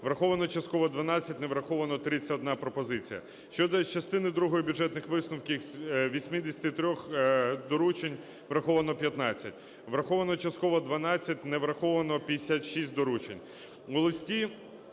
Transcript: враховано частково 12, не враховано 31 пропозиція. Щодо частини другої бюджетних висновків з 83 доручень враховано 15, враховано частково 12, не враховано 56 доручень.